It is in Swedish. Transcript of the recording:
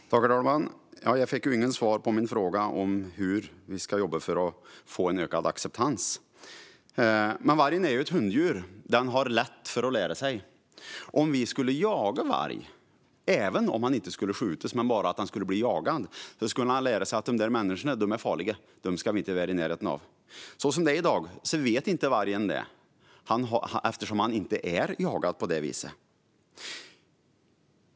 Herr talman! Jag fick inget svar på min fråga om hur vi ska jobba för att få en ökad acceptans. Vargen är ju ett hunddjur och har lätt att lära sig. Om man bara skulle jaga en varg, även om man inte skulle skjuta mot den, skulle den lära sig att de där människorna är farliga; dem ska vi inte vara i närheten av. Som det är i dag känner inte vargen så, eftersom den inte är jagad på det viset.